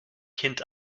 kind